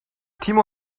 timo